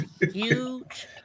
huge